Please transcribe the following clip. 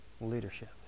leadership